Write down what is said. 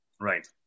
Right